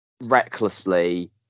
recklessly